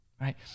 right